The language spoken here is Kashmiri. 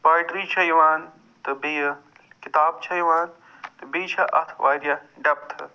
پۄیٹرٛی چھےٚ یِوان تہٕ بیٚیہِ کِتاب چھےٚ یِوان تہٕ بیٚیہِ چھِ اتھ وارِیاہ ڈٮ۪پتھ